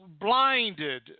blinded